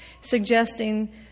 suggesting